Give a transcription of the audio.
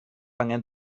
angen